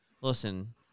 listen